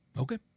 Okay